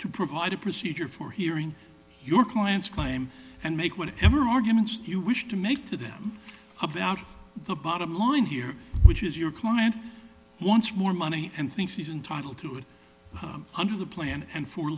to provide a procedure for hearing your client's claim and make what ever arguments you wish to make to them about the bottom line here which is your client wants more money and thinks he's entitled to it under the plan and for